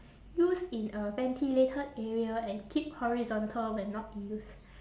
use in a ventilated area and keep horizontal when not in use